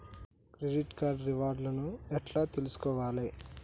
Credit card reward లను ఎట్ల తెలుసుకోవాలే?